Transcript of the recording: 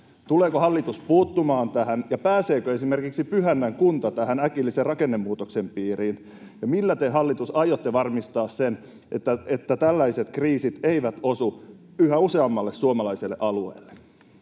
Tuleeko hallitus puuttumaan tähän, ja pääseekö esimerkiksi Pyhännän kunta tähän äkillisen rakennemuutoksen tuen piiriin, ja millä te hallitus aiotte varmistaa sen, että tällaiset kriisit eivät osu yhä useammalle suomalaiselle alueelle?